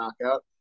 knockout